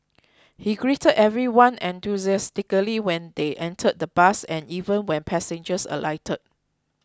he greeted everyone enthusiastically when they entered the bus and even when passengers alighted